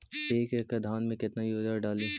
एक एकड़ धान मे कतना यूरिया डाली?